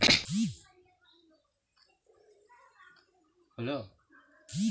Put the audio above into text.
financial economics মানে হচ্ছে অর্থনীতি সম্পর্কিত অর্থব্যবস্থাবিষয়ক